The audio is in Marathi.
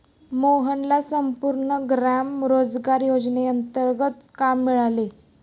मोहनला संपूर्ण ग्राम रोजगार योजनेंतर्गत काम मिळाले